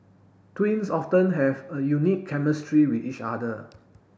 twins often have a unique chemistry with each other